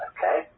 Okay